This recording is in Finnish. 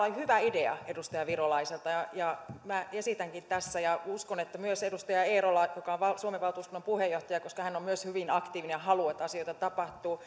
oli hyvä idea edustaja virolaiselta ja ja minä esitänkin tässä ja uskon että niin myös edustaja eerola joka on suomen valtuuskunnan puheenjohtaja koska hän on myös hyvin aktiivinen ja haluaa että asioita tapahtuu